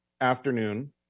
afternoon